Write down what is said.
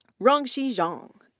rongxi zhang,